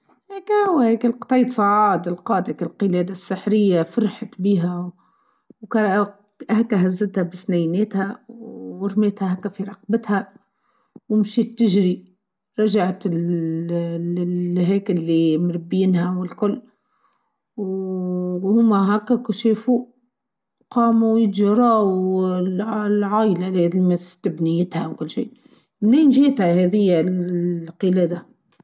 هاكاو هالقطيت صعاد القادت القلاده السحريه فرحت بيها و هاكا هزتها بسنيناتها و رميتها هاكا في رقباتها و مشيت تجري رجعت ل عيك ااا الي مربينها و الكل و هما هاكا كشافو قامو يجرو للعايله الي تبنيتها و كل شئ منين جيتها هاذيا القلاده.